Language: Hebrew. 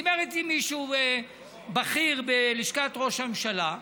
דיבר איתי מישהו בכיר בלשכת ראש הממשלה: